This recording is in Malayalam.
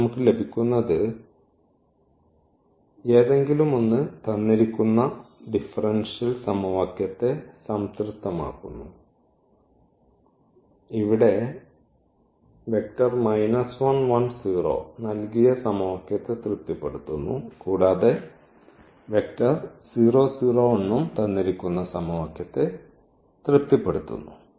ഇത് നമുക്ക് ലഭിക്കുന്നത് എതെങ്കിലുമൊന്ന് തന്നിരിക്കുന്ന ഡിഫറൻഷ്യൽ സമവാക്യത്തെ സംതൃപ്തമാക്കുന്നു ഇവിടെ നൽകിയ സമവാക്യത്തെ തൃപ്തിപ്പെടുത്തുന്നു കൂടാതെ തന്നിരിക്കുന്ന സമവാക്യത്തെ തൃപ്തിപ്പെടുത്തുന്നു